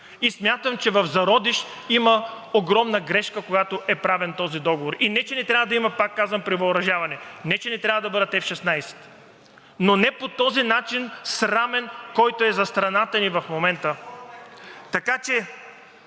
и смятам, че в зародиш има огромна грешка, когато е правен този договор. И не че не трябва да има, пак казвам, превъоръжаване. Не че не трябва да бъдат F-16, но не по този начин, срамен, който е за страната ни в момента. Надявам